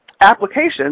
Applications